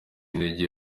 intege